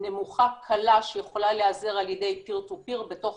נמוכה קלה שיכולה להיעזר על ידי pear2pear בתוך